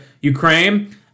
Ukraine